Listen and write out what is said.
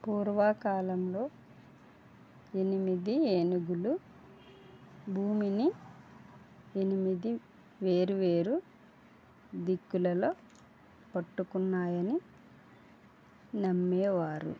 పూర్వకాలంలో ఎనిమిది ఏనుగులు భూమిని ఎనిమిది వేర్వేరు దిక్కులలో పట్టుకున్నాయని నమ్మేవారు